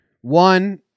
One